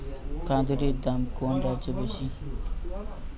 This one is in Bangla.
কুঁদরীর দাম কোন রাজ্যে বেশি?